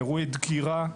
אירועי דקירה,